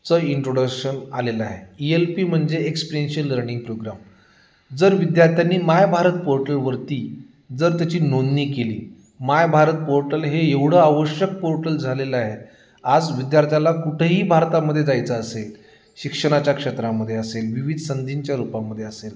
चं इंट्रोडक्शन आलेलं आहे ई एल पी म्हणजे एक्सपिरियन्शियल लर्निंग प्रोग्राम जर विद्यार्थ्यांनी माय भारत पोर्टलवरती जर त्याची नोंदणी केली माय भारत पोर्टल हे एवढं आवश्यक पोर्टल झालेलं आहे आज विद्यार्थ्याला कुठेही भारतामध्ये जायचं असेल शिक्षणाच्या क्षेत्रामध्ये असेल विविध संधींच्या रूपामध्ये असेल